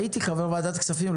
הייתי חבר ועדת כספים.